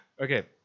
Okay